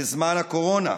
בזמן הקורונה.